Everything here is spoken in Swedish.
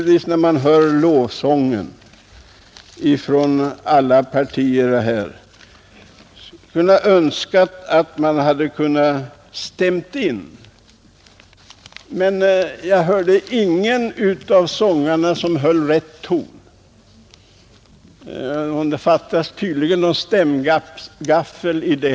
När man hör lovsången från alla partierna här skulle man önska att man kunde stämma in, men jag hörde inte att någon av sångarna höll rätt ton. Det fattades tydligen en stämgaffel.